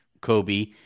Kobe